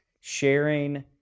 sharing